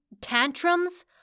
tantrums